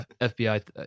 FBI